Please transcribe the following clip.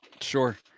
Sure